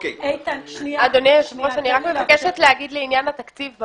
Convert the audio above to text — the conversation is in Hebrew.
אדוני היושב-ראש, אני מבקשת להגיד לעניין התקציב.